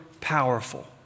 powerful